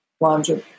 laundry